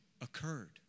occurred